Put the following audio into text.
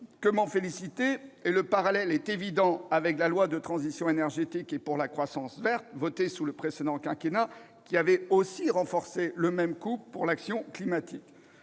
m'en féliciter, et le parallèle est évident avec la loi de transition énergétique et pour la croissance verte, votée sous le précédent quinquennat, qui avait aussi renforcé ce même couple pour l'action climatique.